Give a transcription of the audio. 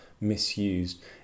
misused